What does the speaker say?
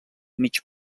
mig